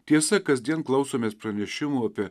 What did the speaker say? tiesa kasdien klausomės pranešimų apie